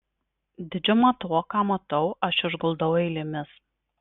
didžiumą to ką matau aš išguldau eilėmis